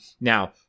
Now